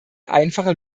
einfache